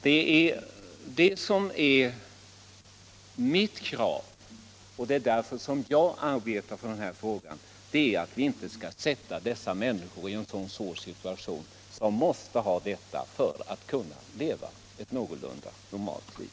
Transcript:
Mitt krav är — och det är därför jag arbetar med den här frågan — att vi inte skall försätta människor i en svår situation, människor som måste ha THX-behandling för att kunna leva ett någorlunda normalt liv.